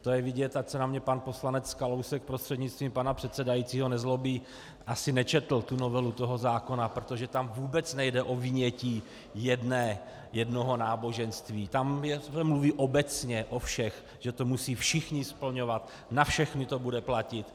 To je vidět, ať se na mě pan poslanec Kalousek prostřednictvím pana předsedajícího nezlobí, asi nečetl tu novelu toho zákona, protože tam vůbec nejde o vynětí jedné, jednoho náboženství, tam se mluví obecně o všech, že to musí všichni splňovat, na všechny to bude platit.